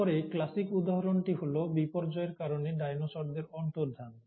তারপরে ক্লাসিক উদাহরণটি হল বিপর্যয়ের কারণে ডাইনোসরদের অন্তর্ধান